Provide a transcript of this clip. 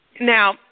Now